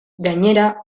gainera